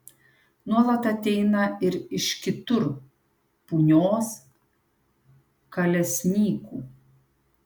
nuolat ateina ir iš kitur punios kalesnykų